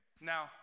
Now